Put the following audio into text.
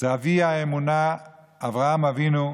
אבי האמונה אברהם אבינו,